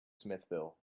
smithville